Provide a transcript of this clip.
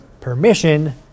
permission